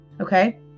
okay